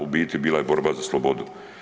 U biti bila je borba za slobodu.